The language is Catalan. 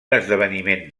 esdeveniment